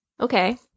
Okay